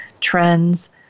trends